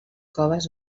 coves